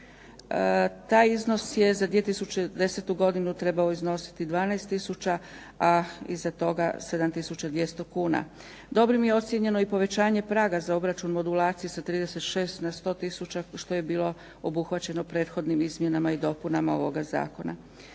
taj iznos je za 2010. godinu trebao iznositi 12 tisuća, a iza toga 7200 kuna. Dobrim je ocijenjeno i povećanje praga za obračun modulacije sa 36 na 100 tisuća što je bilo obuhvaćeno prethodnim izmjenama i dopunama Zakona.